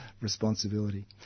responsibility